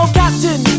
captain